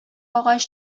агач